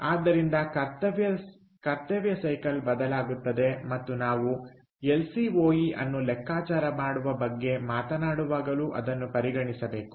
ಆದ್ದರಿಂದ ಕರ್ತವ್ಯ ಸೈಕಲ್ ಬದಲಾಗುತ್ತದೆ ಮತ್ತು ನಾವು ಎಲ್ ಸಿ ಓ ಇ ಅನ್ನು ಲೆಕ್ಕಾಚಾರ ಮಾಡುವ ಬಗ್ಗೆ ಮಾತನಾಡುವಾಗಲೂ ಅದನ್ನು ಪರಿಗಣಿಸಬೇಕು